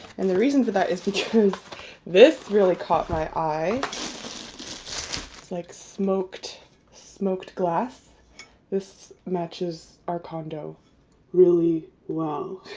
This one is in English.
and the reason for that is to choose this really caught my eye it's like smoked smoked glass this matches our condo really well